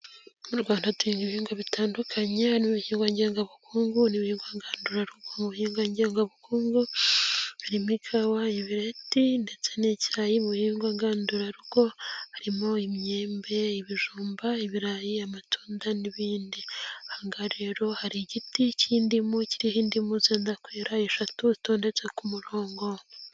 Mu Rwanda duhinga ibihingwa bitandukanye harimo ibihingwa ngengabukungu n'ibihingwa ngandurarugo. Mu bihingwa ngengabukungu harimo ikawa, imireti ndetse n'icyayi, mu bihingwa ngandurarugo harimo imyembe, ibijumba, ibirayi, amatunda n'ibindi. Ahangaha rero hari igiti cy'indimu, kiriho indimu zenda kwera eshatu zitondetse ku murongo.